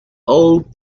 old